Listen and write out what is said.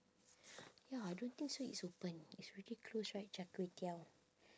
ya I don't think so it's open it's already close right char kway teow